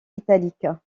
italique